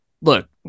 look